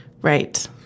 Right